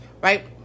right